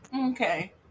Okay